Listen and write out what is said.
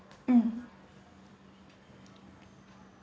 um